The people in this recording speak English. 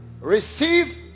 receive